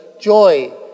joy